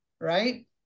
right